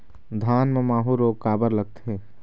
धान म माहू रोग काबर लगथे?